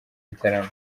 gitaramo